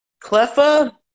Cleffa